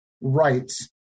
rights